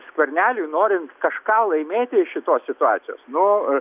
skverneliui norint kažką laimėti iš šitos situacijos nu